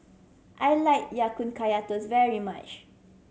I like Ya Kun Kaya Toast very much